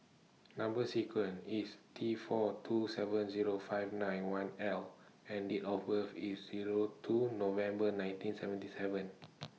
Number sequence IS T four two seven Zero five nine one L and Date of birth IS Zero two November nineteen seventy seven